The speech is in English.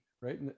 right